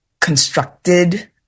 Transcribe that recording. constructed